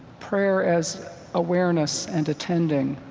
prayer as awareness and attending.